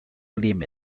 claim